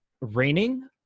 raining